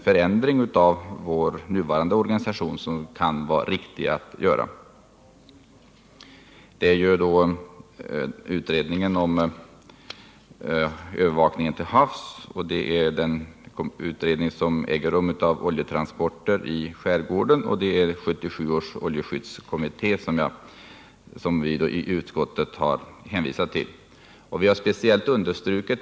Vi utgår ifrån att dessa kommittéer skall framlägga förslag till åtgärder av olika slag och att vi får möjligheter att i vanlig ordning pröva dem och ta ställning till vilken förändring av vår nuvarande organisation som kan vara riktig att göra.